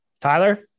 Tyler